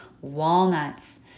walnuts